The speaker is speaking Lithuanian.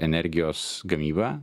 energijos gamyba